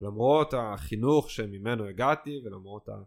למרות החינוך שממנו הגעתי ולמרות ה..